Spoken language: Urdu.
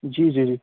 جی جی جی